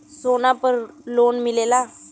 सोना पर लोन मिलेला?